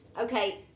Okay